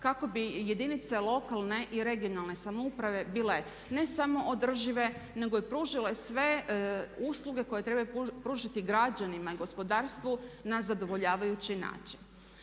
kako bi jedinice lokalne i regionalne samouprave bile ne samo održive nego i pružile sve usluge koje trebaju pružiti građanima i gospodarstvu na zadovoljavajući način.